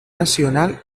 nacional